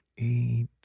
eight